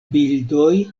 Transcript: bildoj